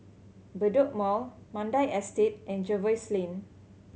Bedok Mall Mandai Estate and Jervois Lane